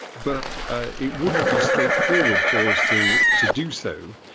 but ah it wouldn't be straightforward for us to to do so,